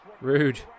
Rude